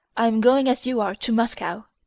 i am going, as you are, to moscow.